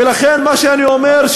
ולכן מה שאני אומר,